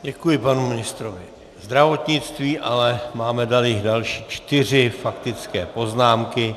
Děkuji panu ministrovi zdravotnictví, ale máme tady další čtyři faktické poznámky.